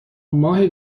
ماه